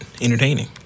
entertaining